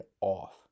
off